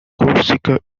corsica